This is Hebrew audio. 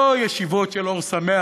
לא ישיבות של "אור שמח",